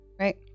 right